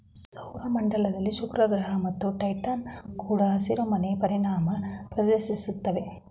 ಸೌರ ಮಂಡಲದಲ್ಲಿ ಶುಕ್ರಗ್ರಹ ಮತ್ತು ಟೈಟಾನ್ ಕೂಡ ಹಸಿರುಮನೆ ಪರಿಣಾಮನ ಪ್ರದರ್ಶಿಸ್ತವೆ